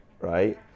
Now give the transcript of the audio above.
right